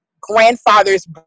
grandfather's